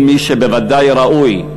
ומי שבוודאי ראוי,